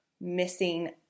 missing